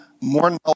more